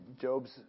Job's